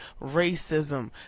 racism